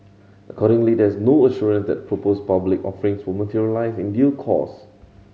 accordingly there is no assurance that proposed public offering will materialise in due course